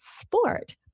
sport